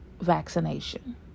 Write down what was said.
vaccination